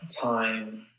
time